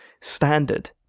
standard